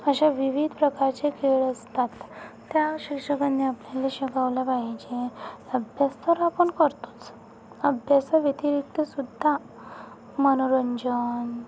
अशा विविध प्रकारचे खेळ असतात त्या शिक्षकांनी आपल्याला शिकवलं पाहिजे अभ्यास तर आपण करतोच अभ्यासाव्यतिरिक्त सुद्धा मनोरंजन